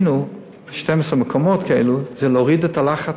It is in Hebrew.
ב-12 מקומות כאלה, זה להוריד את הלחץ.